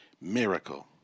miracle